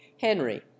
henry